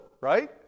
right